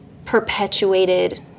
perpetuated